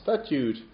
Statute